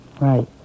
Right